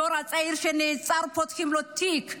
הדור הצעיר שנעצר, פותחים לו תיק.